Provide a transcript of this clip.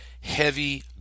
heavy